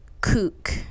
Cook